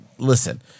Listen